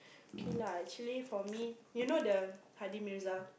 kay lah actually for me you know the